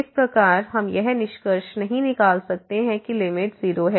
इस प्रकार हम यह निष्कर्ष नहीं निकाल सकते हैं कि लिमिट 0 है